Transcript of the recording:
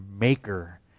maker